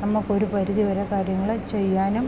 നമുക്ക് ഒരു പരിധി വരെ കാര്യങ്ങൾ ചെയ്യാനും